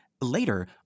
later